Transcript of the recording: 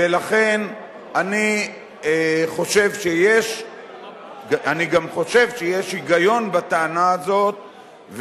ולכן אני גם חושב שיש היגיון בטענה הזאת,